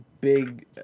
big